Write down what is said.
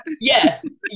Yes